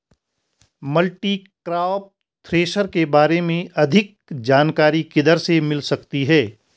Multicrop thresher के बारे में अधिक जानकारी किधर से मिल सकती है?